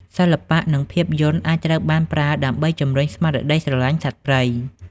សិល្បៈ និងភាពយន្តអាចត្រូវបានប្រើដើម្បីជម្រុញស្មារតីស្រឡាញ់សត្វព្រៃ។